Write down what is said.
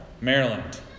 Maryland